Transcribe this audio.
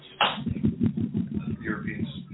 Europeans